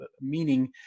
meaning